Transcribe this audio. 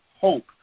hope